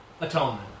atonement